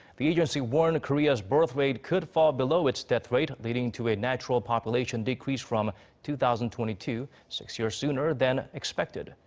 the agency warned korea's birth rate could fall below its death rate, leading to a natural population decrease from two thousand and twenty two. six years sooner than expected.